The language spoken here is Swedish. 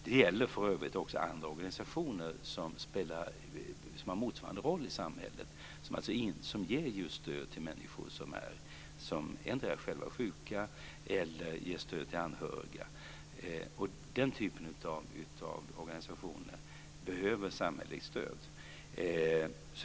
Det gäller också andra organisationer som har motsvarande roll i samhället, dvs. ger stöd till människor som endera är sjuka eller är anhöriga. Den typen av organisationer behöver samhälleligt stöd.